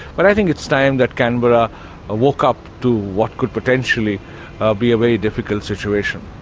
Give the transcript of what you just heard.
but i think it's time that canberra woke up to what could potentially be a very difficult situation.